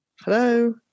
Hello